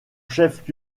chef